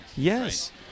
Yes